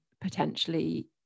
potentially